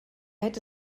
hätte